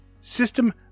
system